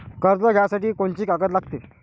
कर्ज घ्यासाठी कोनची कागद लागते?